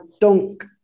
Dunk